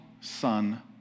son